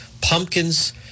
pumpkins